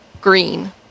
Green